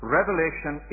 Revelation